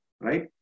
Right